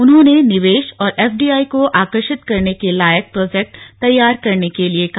उन्होंने निवेश और एफडीआई को आकर्षित करने के लायक प्रोजेक्ट तैयार करने के लिए कहा